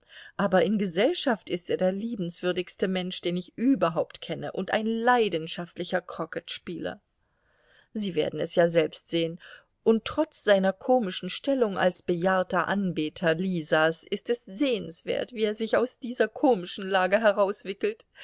aber in gesellschaft ist er der liebenswürdigste mensch den ich überhaupt kenne und ein leidenschaftlicher krocketspieler sie werden es ja selbst sehen und trotz seiner komischen stellung als bejahrter anbeter lisas ist es sehenswert wie er sich aus dieser komischen lage